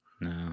no